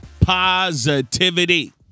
Positivity